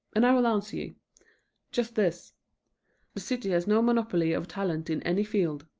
and i will answer you just this the city has no monopoly of talent in any field.